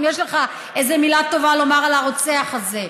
אם יש לך איזו מילה טובה לומר על הרוצח הזה.